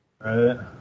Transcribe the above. right